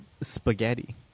spaghetti